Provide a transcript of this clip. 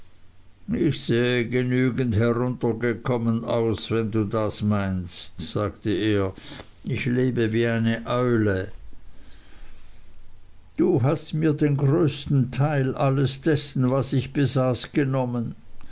ich sehe genügend herabgekommen aus wenn du das meinst sagte er ich lebe wie eine eule du hast mir den größten teil alles dessen was ich besaß genommen